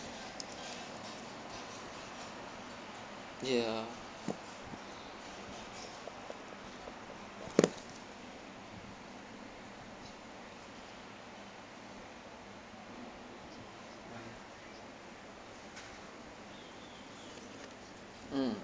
ya mm